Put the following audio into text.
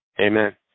Amen